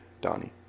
Donnie